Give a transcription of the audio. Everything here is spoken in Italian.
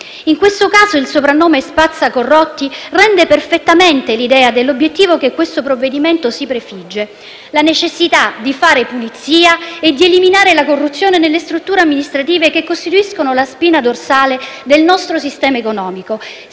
In questo caso il soprannome spazza corrotti rende perfettamente l'idea dell'obiettivo che questo provvedimento si prefigge: la necessità di fare pulizia e di eliminare la corruzione dalle strutture amministrative che costituiscono la spina dorsale del nostro sistema economico.